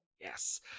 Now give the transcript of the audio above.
Yes